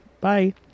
bye